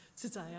today